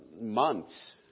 months